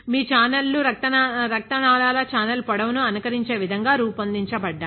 మీ ఛానల్ లు రక్తనాళాల ఛానల్ పొడవును అనుకరించే విధంగా రూపొందించబడ్డాయి